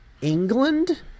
england